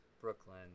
Brooklyn